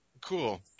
cool